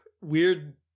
weird